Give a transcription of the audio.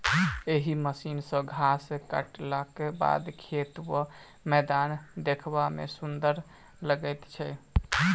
एहि मशीन सॅ घास काटलाक बाद खेत वा मैदान देखबा मे सुंदर लागैत छै